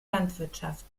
landwirtschaft